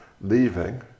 leaving